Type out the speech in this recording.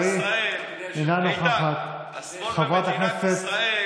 המועד הנדרש להגשת הצעת חוק התקציב לבין 31 במרץ,